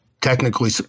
technically